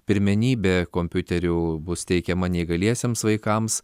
pirmenybė kompiuterių bus teikiama neįgaliesiems vaikams